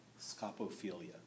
Scopophilia